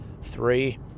three